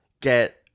get